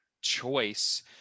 choice